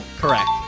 Correct